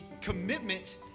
commitment